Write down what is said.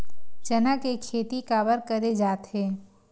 चना के खेती काबर करे जाथे?